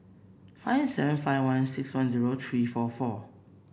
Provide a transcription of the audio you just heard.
five seven five one six one zero three four four